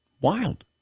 Wild